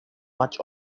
much